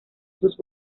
sus